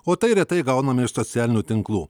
o tai retai gauname iš socialinių tinklų